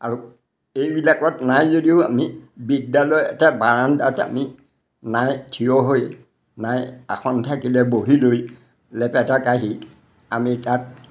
আৰু এইবিলাকত নাই যদিও আমি বিদ্যালয় এটা বাৰান্দাত আমি নাই থিয় হৈ নাই আসন থাকিলে বহি লৈ লেপেটা কাঢ়ি আমি তাত